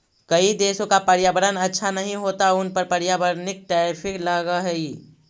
कई देशों का पर्यावरण अच्छा नहीं होता उन पर पर्यावरणिक टैरिफ लगअ हई